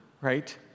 right